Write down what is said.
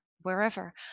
Wherever